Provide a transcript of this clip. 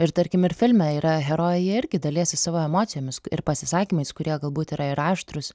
ir tarkim ir filme yra herojai jie irgi dalijasi savo emocijomis ir pasisakymais kurie galbūt yra ir aštrūs